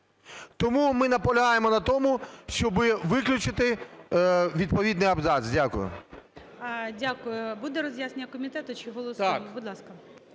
Тому ми наполягаємо на тому, щоби виключити відповідний абзац. Дякую.